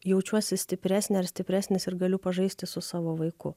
jaučiuosi stipresnė ar stipresnis ir galiu pažaisti su savo vaiku